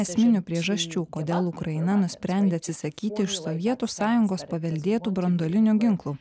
esminių priežasčių kodėl ukraina nusprendė atsisakyti iš sovietų sąjungos paveldėtų branduolinių ginklų